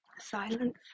silence